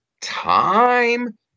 time